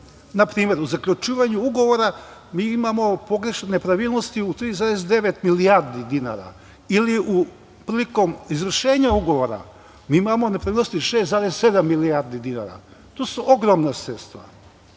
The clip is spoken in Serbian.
Na primer, u zaključivanju ugovora mi imamo nepravilnosti u 3,9 milijardi dinara. Ili, prilikom izvršenja ugovora, mi imamo nepravilnosti 6,7 milijardi dinara. To su ogromna sredstva. Još